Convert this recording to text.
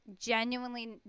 genuinely